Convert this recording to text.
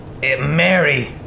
Mary